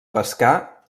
pescar